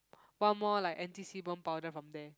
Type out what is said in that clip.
one more like anti sebum powder from there